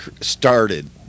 started